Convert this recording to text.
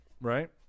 Right